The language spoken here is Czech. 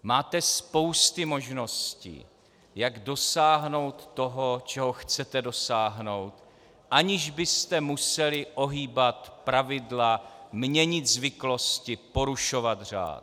Máte spousty možností, jak dosáhnout toho, čeho chcete dosáhnout, aniž byste museli ohýbat pravidla, měnit zvyklosti, porušovat řád.